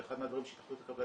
זה אחד מהדברים שהקבלנים,